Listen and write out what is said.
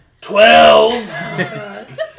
Twelve